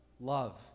love